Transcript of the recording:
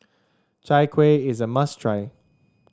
Chai Kueh is a must try